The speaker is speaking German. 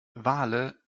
wale